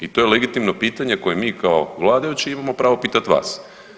I to je legitimno pitanje koje mi kao vladajući imamo pravo pitati vas.